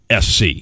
SC